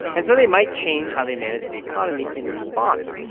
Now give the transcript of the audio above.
and so they might change how they manage the economy in response.